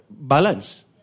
balance